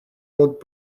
old